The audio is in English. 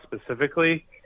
specifically